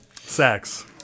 Sex